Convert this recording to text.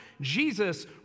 Jesus